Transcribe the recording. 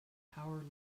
power